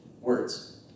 words